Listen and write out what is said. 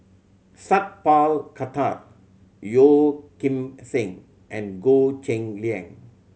Sat Pal Khattar Yeo Kim Seng and Goh Cheng Liang